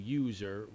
user